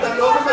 אתה לא,